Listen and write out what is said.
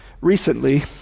Recently